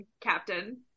captain